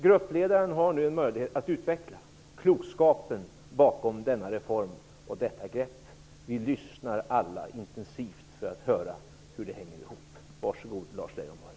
Gruppledaren har nu en möjlighet att utveckla klokskapen bakom denna reform och detta grepp. Vi lyssnar alla intensivt för att höra hur det hänger ihop. Var så god, Lars Leijonborg!